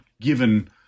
given